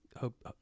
hope